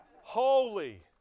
Holy